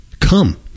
come